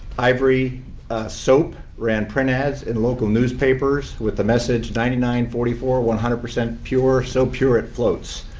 ivory soap ran print ads in local newspapers with the message ninety nine forty four one hundred percent pure, so pure it floats.